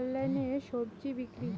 অনলাইনে স্বজি বিক্রি?